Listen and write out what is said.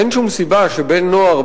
אין שום סיבה שבן-נוער,